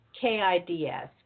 K-I-D-S